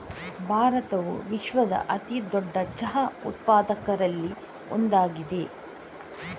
ಭಾರತವು ವಿಶ್ವದ ಅತಿ ದೊಡ್ಡ ಚಹಾ ಉತ್ಪಾದಕರಲ್ಲಿ ಒಂದಾಗಿದೆ